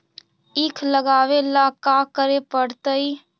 ईख लगावे ला का का करे पड़तैई?